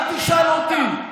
אל תשאל אותי.